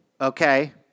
okay